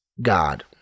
God